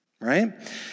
right